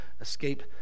escape